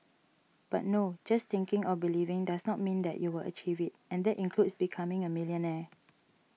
but no just thinking or believing does not mean that you will achieve it and that includes becoming a millionaire